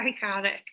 Psychotic